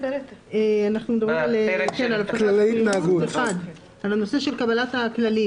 על הנושא של קבלת הכללים.